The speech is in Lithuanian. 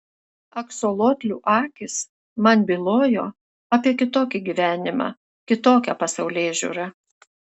aksolotlių akys man bylojo apie kitokį gyvenimą kitokią pasaulėžiūrą